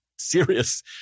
serious